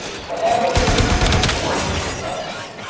whatever were its favoured owner's necessities,